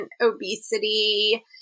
obesity